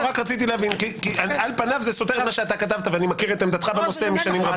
כי על פניו סותר את דעתך בנושא ואני מכיר את עמדתך שנים רבות.